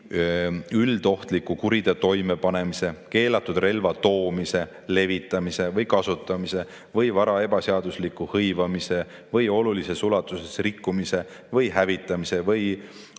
üldohtliku kuriteo toimepanemine, keelatud relva tootmine, levitamine või kasutamine või vara ebaseaduslik hõivamine või olulises ulatuses rikkumine või hävitamine või